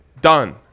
Done